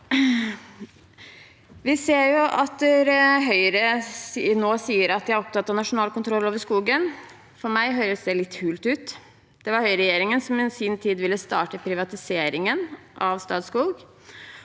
Vi ser at Høyre nå sier de er opptatt av nasjonal kontroll over skogen. For meg høres det litt hult ut. Det var Høyre-regjeringen som i sin tid ville starte privatiseringen av Statskog.